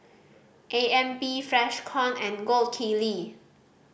A M P Freshkon and Gold Kili